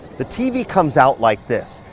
the tv comes out like this.